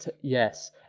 Yes